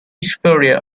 superior